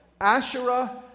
Asherah